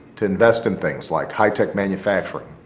to invest in things like high-tech manufacturing,